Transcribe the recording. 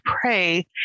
pray